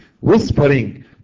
whispering